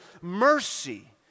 mercy